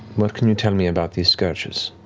what can you tell me about these scourgers?